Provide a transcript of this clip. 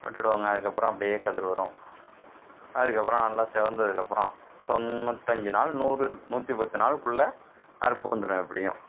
போட்டுடுவாங்க அதுக்கப்புறம் அப்படியே கதிர் வரும் அதுக்கப்புறம் நல்லா சிவந்ததுக்கப்புறம் தொண்ணூத்தஞ்சு நாள் நூறு நூற்றி பத்து நாள் குள்ளே அறுப்பு வந்துடும் எப்படியும்